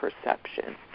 perception